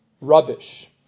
Rubbish